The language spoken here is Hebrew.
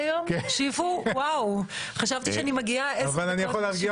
מכובדי, למה רציתי